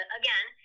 again